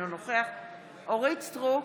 אינו נוכח אורית מלכה סטרוק,